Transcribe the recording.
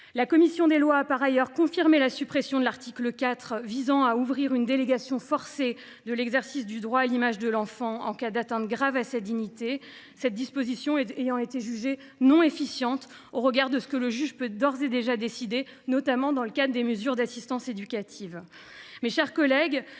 La commission des lois a par ailleurs confirmé la suppression de l’article 4, visant à ouvrir une délégation forcée de l’exercice du droit à l’image de l’enfant en cas d’atteinte grave à sa dignité, cette disposition ayant été jugée non efficiente au regard de ce que le juge peut d’ores et déjà décider, notamment dans le cadre des mesures d’assistance éducative. Au sein de